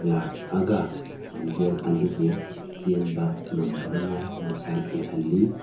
ꯂꯥꯛꯑꯒ ꯂꯝꯖꯦꯟ ꯑꯗꯨꯕꯨ ꯆꯦꯟꯕ ꯉꯝꯗꯅꯉꯥꯏ ꯃꯆꯥꯛ ꯑꯣꯏꯍꯟꯂꯤ